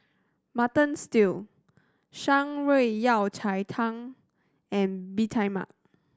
Mutton Stew Shan Rui Yao Cai Tang and Bee Tai Mak